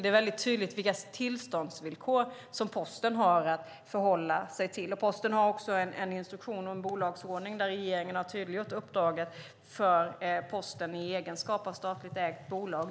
Det är väldigt tydligt vilka tillståndsvillkor som Posten har att förhålla sig till. Posten har också en instruktion och en bolagsordning där regeringen har tydliggjort uppdraget för Posten i egenskap av statligt ägt bolag.